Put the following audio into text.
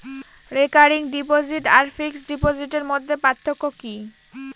Recurring deposit আর fixed ডিপোজিটের মধ্যে পার্থক্য কি?